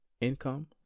income